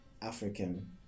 African